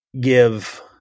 give